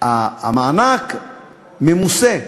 המענק ממוסה.